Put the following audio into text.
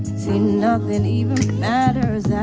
see nothing even matters. yeah